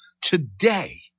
today